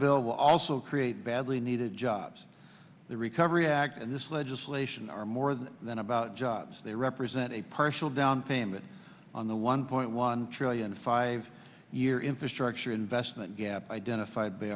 bill will also create badly needed jobs the recovery act and this legislation are more than about jobs they represent a partial downpayment on the one point one trillion five year infrastructure investment gap identified